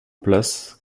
place